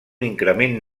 increment